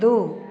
दू